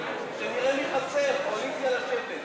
ההסתייגויות שמבקשות להוסיף תקציב לסעיף 42 לשנת הכספים